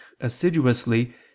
assiduously